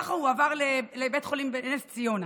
וכך הוא עבר לבית חולים בנס ציונה.